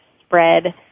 spread